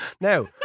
Now